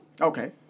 Okay